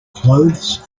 clothes